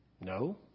No